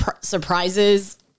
surprises